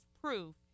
proof